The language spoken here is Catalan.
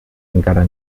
encara